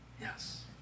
yes